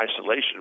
isolation